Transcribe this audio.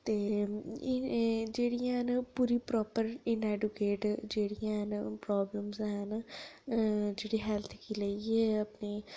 ते एह् जेह्ड़ियां है'न पूरी प्राॅपर इनएडक्वैट जेह्ड़ियां है'न प्रॉब्लमस है'न जेह्ड़े हैल्थ गी लेइयै अपने